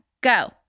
go